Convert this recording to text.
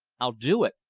i'll do it,